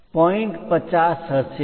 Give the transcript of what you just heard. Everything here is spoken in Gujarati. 50 હશે